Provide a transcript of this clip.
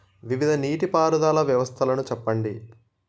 వివిధ నీటి పారుదల వ్యవస్థలను చెప్పండి?